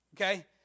Okay